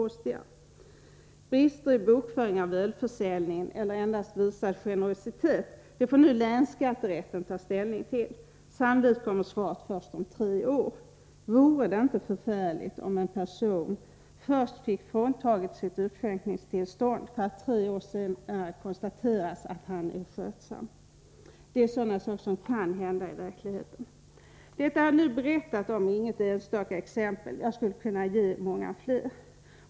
Om det rörde sig om brister i bokföringen av ölförsäljningen eller endast om visad generositet får nu länsskatterätten ta ställning till. Sannolikt kommer svaret först om tre år. Vore det inte förfärligt om en person först blev fråntagen sitt utskänkningstillstånd för att tre år senare anses vara skötsam? Sådant kan hända i verkligheten. Det jag nu berättat är inget enstaka exempel. Jag skulle kunna ge många fler.